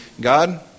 God